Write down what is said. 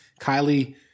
Kylie